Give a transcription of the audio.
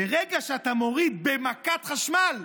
ברגע שאתה מוריד במכת חשמל,